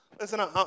Listen